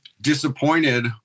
disappointed